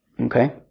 Okay